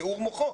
בסיעור מוחות